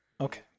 Okay